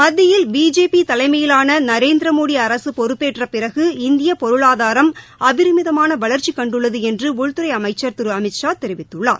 மத்தியில் பிஜேபி தலைமையிலான நரேந்திர மோடி அரசு பொறுப்பேற்ற பிறகு இந்தியப் பொருளாதாரம் அபரிமிதமான வளர்ச்சி கண்டுள்ளது என்று உள்தறை அமைச்சர் திரு அமித்ஷா தெரிவித்துள்ளார்